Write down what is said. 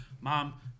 mom